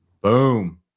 Boom